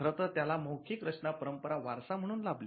खरंतर त्याला मौखिक रचना परंपरा वारसा म्हणून लाभली